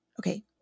Okay